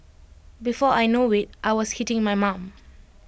before I know IT I was hitting my mum